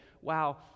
wow